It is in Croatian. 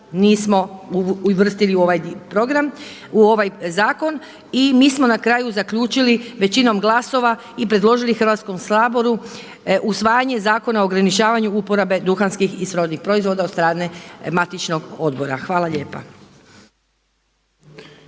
nismo uvrstili u ovaj program, u ovaj zakon. I mi smo na kraju zaključili većinom glasova i predložili Hrvatskom saboru usvajanje Zakona o ograničavanju uporabe duhanskih i srodnih proizvoda od strane matičnog odbora. Hvala lijepa.